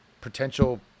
potential